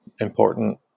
important